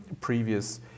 previous